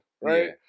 right